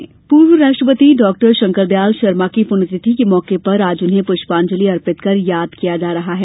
शंकरदयाल पुण्यतिथि पूर्व राष्ट्रपति डॉ शंकरदयाल शर्मा की पुण्यतिथि के मौके पर आज उन्हें पुष्पांजलि अर्पित कर याद किया जा रहा है